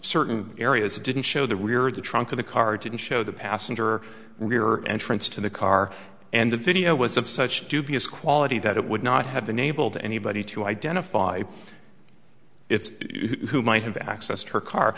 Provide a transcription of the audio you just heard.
certain areas it didn't show the rear of the trunk of the car didn't show the passenger rear entrance to the car and the video was of such dubious quality that it would not have been able to anybody to identify it's who might have accessed her car